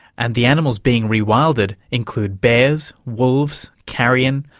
and the animals being rewilded include bears, wolves, carrion,